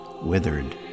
withered